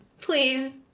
please